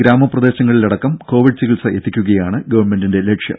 ഗ്രാമപ്രദേശങ്ങളിൽ അടക്കം കോവിഡ് ചികിത്സ എത്തിക്കുകയാണ് ഗവൺമെന്റ് ലക്ഷ്യം